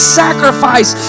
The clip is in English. sacrifice